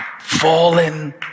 Fallen